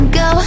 go